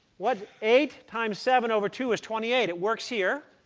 what's eight times seven over two? it's twenty eight. it works here.